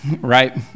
right